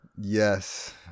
Yes